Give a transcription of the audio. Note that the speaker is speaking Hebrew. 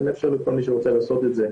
אלא לאפשר לכל מי שרוצה לעשות את זה,